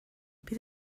bydd